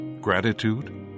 gratitude